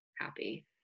happy